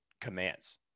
commands